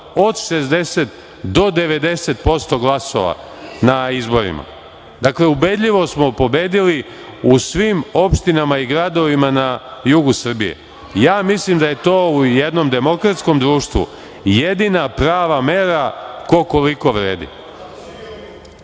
od 60 do 90% glasova na izborima. Dakle, ubedljivo smo pobedili u svim opštinama i gradovima na jugu Srbije. Ja mislim da je to u jednom demokratskom društvu jedina prava mera ko koliko vredi.